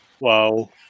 Wow